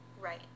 right